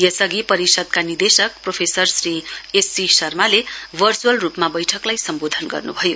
यसअघि परिषदका निदेशक प्रोफेसर श्री एससी शर्माले भर्चुअल रुपमा वैठकलाई सम्वोधन गर्नुभयो